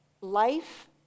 life